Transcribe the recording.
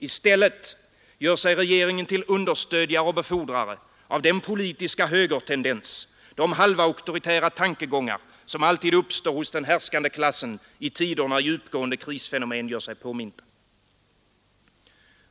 I stället gör sig regeringen till understödjare och befordrare av den politiska högertendens, de halvauktoritära tankegångar, som alltid uppstår hos den härskande klassen i tider när djupgående krisfenomen gör sig påminta.